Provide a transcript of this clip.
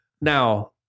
Now